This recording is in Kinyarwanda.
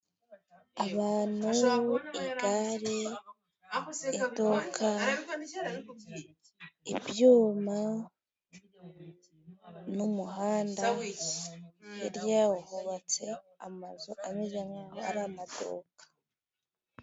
Abantu, igare, iduka, ibyuma n'umuhanda hirya hubatse amazu ameze nkaho ari amaduka.